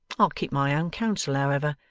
i'll keep my own counsel, however.